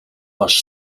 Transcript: was